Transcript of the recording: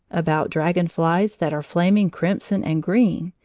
about dragon-flies that are flaming crimson and green,